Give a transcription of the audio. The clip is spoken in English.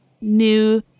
New